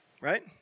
Right